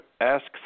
asks